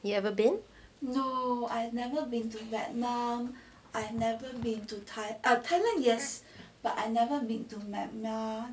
you ever been